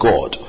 God